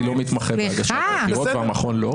אני לא מתמחה בהגשת עתירות והמכון לא.